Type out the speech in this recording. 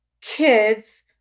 kids